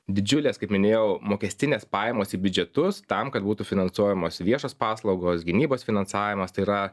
didžiulės kaip minėjau mokestinės pajamos į biudžetus tam kad būtų finansuojamos viešos paslaugos gynybos finansavimas tai yra